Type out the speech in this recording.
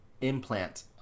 Implant